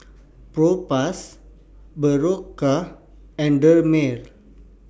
Propass Berocca and Dermale